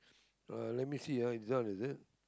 {ah] let me see ah it's out is it